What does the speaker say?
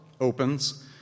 opens